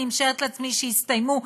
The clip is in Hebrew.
אני משערת לעצמי שיסתיימו,